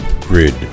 grid